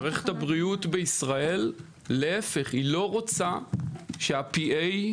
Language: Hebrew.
מערכת הבריאות בישראל לא רוצה שה-PA,